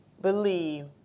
Believe